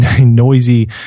noisy